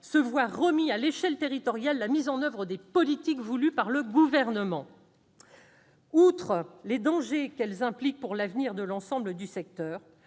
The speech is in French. se voient remettre, à l'échelle territoriale, la mise en oeuvre des politiques voulues par le Gouvernement. Outre les dangers qu'elles impliquent pour l'avenir de l'ensemble du secteur,